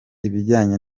ibijyanye